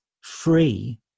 free